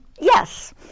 Yes